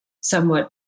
somewhat